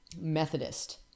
Methodist